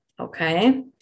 Okay